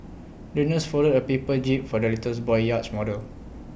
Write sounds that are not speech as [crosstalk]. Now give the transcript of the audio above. the nurse folded A paper jib for the little [unintelligible] boy's yacht model